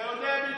אתה יודע בדיוק.